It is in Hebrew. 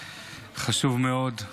חשוב מאוד,